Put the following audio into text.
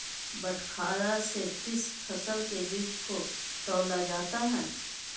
बटखरा से किस फसल के बीज को तौला जाता है?